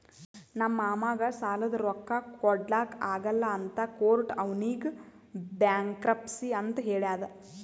ನಮ್ ಮಾಮಾಗ್ ಸಾಲಾದ್ ರೊಕ್ಕಾ ಕೊಡ್ಲಾಕ್ ಆಗಲ್ಲ ಅಂತ ಕೋರ್ಟ್ ಅವ್ನಿಗ್ ಬ್ಯಾಂಕ್ರಪ್ಸಿ ಅಂತ್ ಹೇಳ್ಯಾದ್